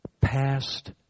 past